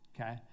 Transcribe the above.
okay